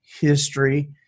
history